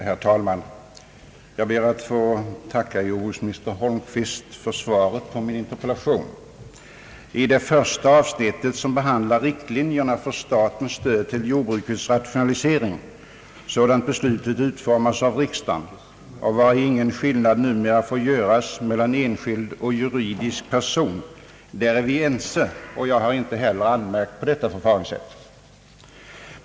Herr talman! Jag ber att få tacka jordbruksminister Holmqvist för svaret på min interpellation. Vi är ense i fråga om det första avsnittet, som behandlar riktlinjerna för statens stöd till jord brukets rationalisering, sådant beslutet utformats av riksdagen och där ingen skillnad numera får göras mellan enskild och juridisk person. Jag har heller inte anmärkt på detta förfaringssätt.